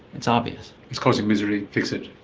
it's obvious. it's causing misery, fix it.